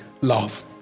love